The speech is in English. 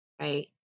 right